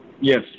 Yes